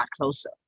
closer